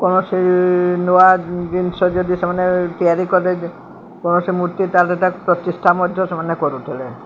କୌଣସି ନୂଆ ଜିନିଷ ଯଦି ସେମାନେ ତିଆରି କରେ କୌଣସି ମୂର୍ତ୍ତି ତା'ହେଲେ ତା ପ୍ରତିଷ୍ଠା ମଧ୍ୟ ସେମାନେ କରୁଥିଲେ